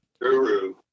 guru